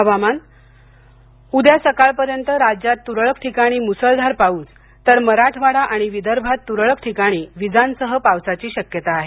हवामान उद्या सकाळपर्यंत राज्यात त्रळक ठिकाणी मुसळधार पाऊस तर मराठवाडा आणि विदर्भात त्रळक ठिकाणी विजांसह पावसाची शक्यता आहे